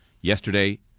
yesterday